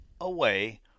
away